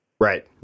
right